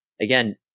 again